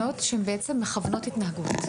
אלה תקנות שמכוונות התנהגות.